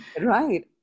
right